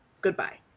goodbye